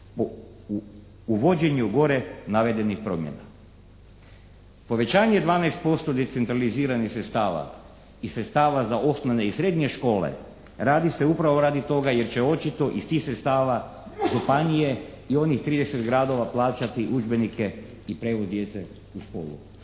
uvođenjem gore navedenih promjena." Povećanje je 12% decentraliziranih sredstava i sredstava za osnovne i srednje škole. Radi se radi upravo radi toga jer će očito iz tih sredstava županije i onih 30 gradova plaćati udžbenike i prijevoz djece u školu.